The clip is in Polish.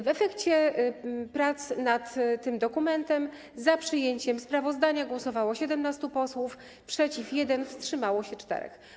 W efekcie prac nad tym dokumentem za przyjęciem sprawozdania głosowało 17 posłów, przeciw - 1, wstrzymało się 4.